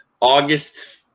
August